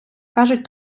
кажуть